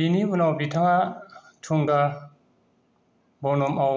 बिनि उनाव बिथाङा तुंगा बनमआव